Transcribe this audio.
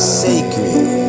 sacred